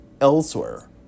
elsewhere